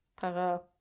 para